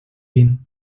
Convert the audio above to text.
він